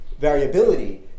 variability